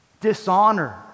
Dishonor